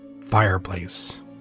fireplace